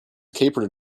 capered